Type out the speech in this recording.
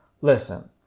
listen